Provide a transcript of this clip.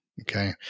Okay